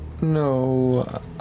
No